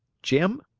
jim,